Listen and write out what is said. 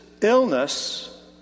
illness